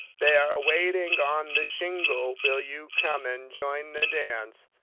they are waiting on the shingle will you come and join the dance?